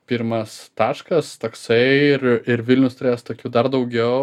pirmas taškas taksai ir ir vilnius turės tokių dar daugiau